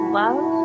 love